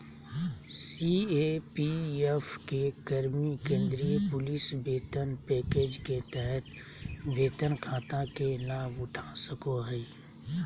CAPF के कर्मि केंद्रीय पुलिस वेतन पैकेज के तहत वेतन खाता के लाभउठा सको हइ